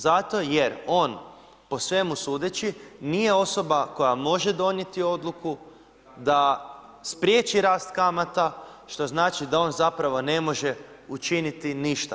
Zato jer on po svemu sudeći, nije osoba koja može donijeti odluku da spriječi rast kamata, što znači da on zapravo ne može učiniti ništa.